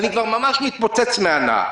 אני ממש מתפוצץ מהנאה.